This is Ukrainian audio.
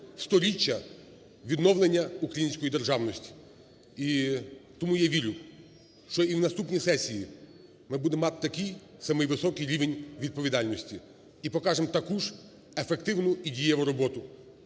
в 100-річчя відновлення української державності. І тому я вірю, що і на наступній сесії ми будемо мати такий самий високий рівень відповідальності і покажемо таку ж ефективну і дієву роботу.